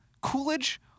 Coolidge